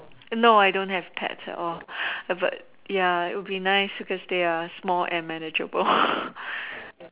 no I don't have pets at all but ya it would be nice because they are small and manageable